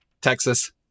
Texas